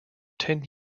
ten